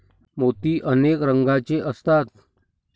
मोती अनेक रंगांचे असतात